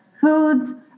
foods